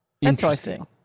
Interesting